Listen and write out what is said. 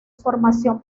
formación